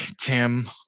Tim